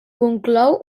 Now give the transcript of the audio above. conclou